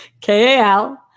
K-A-L